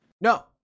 no